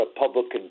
Republican